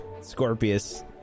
Scorpius